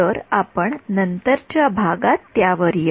तर आपण नंतरच्या भागात त्यावर येऊ